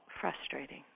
frustrating